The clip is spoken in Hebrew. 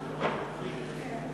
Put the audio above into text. כן,